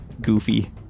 goofy